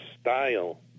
style